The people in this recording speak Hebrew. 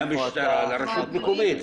זה מהמשטרה לרשות מקומית.